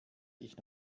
ich